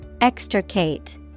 extricate